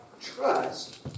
trust